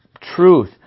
truth